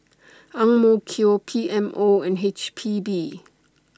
P M O and H P B